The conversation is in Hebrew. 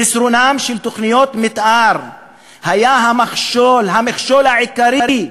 חסרונן של תוכניות מתאר היה המכשול העיקרי,